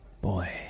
boy